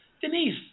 Denise